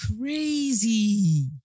crazy